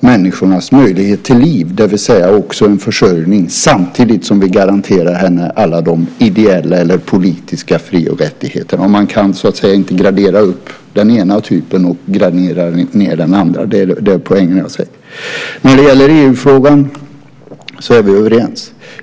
människornas möjlighet till liv, det vill säga också en försörjning, samtidigt som vi garanterar henne alla de ideella eller politiska fri och rättigheterna. Man kan så att säga inte gradera upp den ena typen och gradera ned den andra. Det är den poäng jag ser. När det gäller EU-frågan är vi överens.